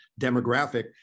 demographic